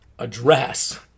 address